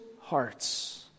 hearts